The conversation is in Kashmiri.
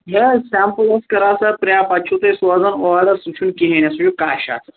یہِ حظ سمپل أسۍ کرہاو تتھ پرٛاہ پتہٕ چھُے تُہۍ سوزان اورٕ سُہ چھُنہٕ کِہیٖنٛۍ آسان سُہ چھُ یہِ کچھ آسان